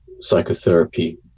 psychotherapy